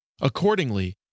Accordingly